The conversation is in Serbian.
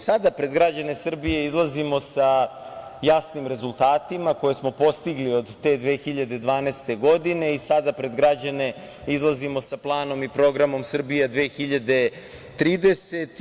Sada pred građane Srbije izlazimo sa jasnim rezultatima koje smo postigli od te 2012. godine i sada pred građane izlazimo sa planom i programom „Srbija 2030“